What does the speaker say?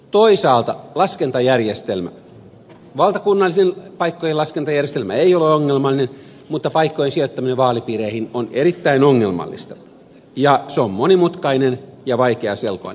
toisaalta laskentajärjestelmä valtakunnallisten paikkojen laskentajärjestelmä ei ole ongelmallinen mutta paikkojen sijoittaminen vaalipiireihin on erittäin ongelmallista ja se on monimutkainen ja vaikeaselkoinen